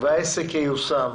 והעסק ייושם.